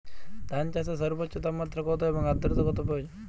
ধান চাষে সর্বোচ্চ তাপমাত্রা কত এবং আর্দ্রতা কত প্রয়োজন?